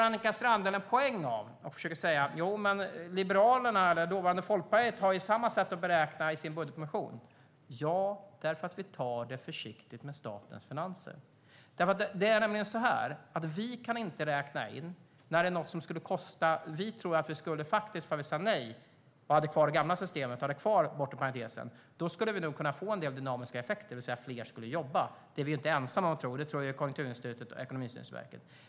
Annika Strandhäll gör en poäng av och försöker säga att Liberalerna eller dåvarande Folkpartiet har samma sätt att beräkna i sin budgetmotion. Ja, eftersom vi tar det försiktigt med statens finanser. Det är nämligen så här: Vi tror att om vi sa nej och hade kvar det gamla systemet och den bortre parentesen skulle vi nog få en del dynamiska effekter, det vill säga att fler skulle jobba. Det är vi inte ensamma om att tro - det tror även Konjunkturinstitutet och Ekonomistyrningsverket.